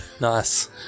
Nice